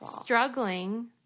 struggling